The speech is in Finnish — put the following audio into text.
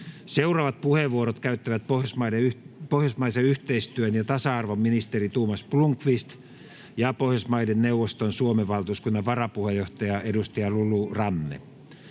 Seuraavat puheenvuorot käyttävät pohjoismaisen yhteistyön ja tasa-arvon ministeri Thomas Blomqvist ja Pohjoismaiden neuvoston Suomen valtuuskunnan varapuheenjohtaja, edustaja Lulu Ranne.